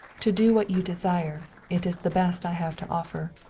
to do what you desire, it is the best i have to offer.